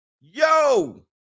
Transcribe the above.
Yo